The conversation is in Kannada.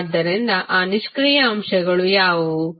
ಆದ್ದರಿಂದ ಆ ನಿಷ್ಕ್ರಿಯ ಅಂಶಗಳು ಯಾವುವು